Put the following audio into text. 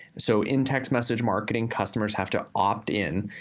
so in text message marketing, customers have to opt-in,